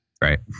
Right